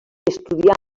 estudià